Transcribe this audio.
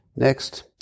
Next